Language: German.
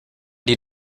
die